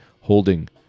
Holding